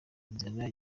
inzara